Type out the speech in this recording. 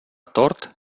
tort